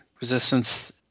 Resistance